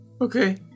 Okay